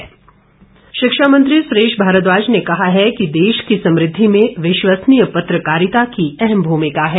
सुरेश भारद्वाज शिक्षा मंत्री सुरेश भारद्वाज ने कहा है कि देश की समृद्धि में विश्वसनीय पत्रकारिता की अहम भूमिका है